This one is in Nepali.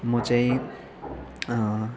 म चाहिँ